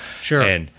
Sure